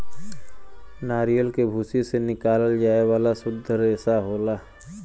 नरियल के भूसी से निकालल जाये वाला सुद्ध रेसा होला